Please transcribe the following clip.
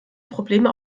probleme